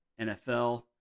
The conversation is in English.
NFL